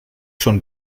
schon